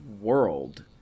world